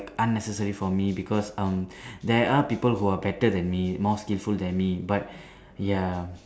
unnecessary for me because um there are people who are better than me more skillful than me but ya